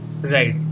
Right